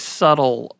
subtle